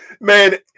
Man